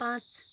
पाँच